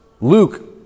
Luke